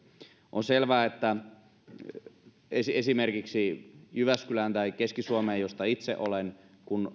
on selvää että kun esimerkiksi jyväskylään tai keski suomeen mistä itse olen